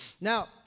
Now